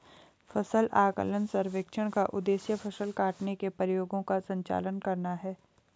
फसल आकलन सर्वेक्षण का उद्देश्य फसल काटने के प्रयोगों का संचालन करना है